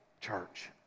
church